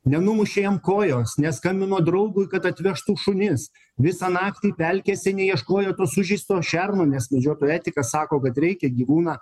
nenumušė jam kojos neskambino draugui kad atvežtų šunis visą naktį pelkėse neieškojo to sužeisto šerno nes medžiotojo etika sako kad reikia gyvūną